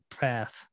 path